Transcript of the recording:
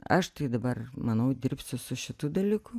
aš tai dabar manau dirbsiu su šitu dalyku